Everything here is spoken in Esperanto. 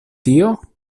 tio